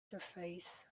surface